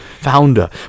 founder